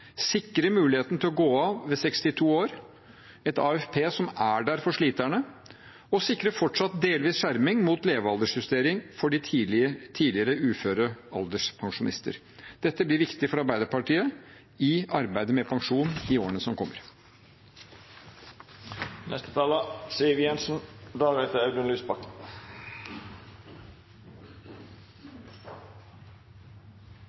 sikre muligheten til å gå av ved 62 år, et AFP som er der for sliterne, og sikre fortsatt delvis skjerming mot levealdersjustering for de tidligere uføre alderspensjonister. Dette blir viktig for Arbeiderpartiet i arbeidet med pensjon i årene som kommer.